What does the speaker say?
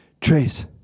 Trace